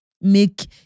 make